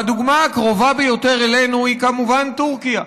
והדוגמה הקרובה ביותר אלינו היא, כמובן, טורקיה,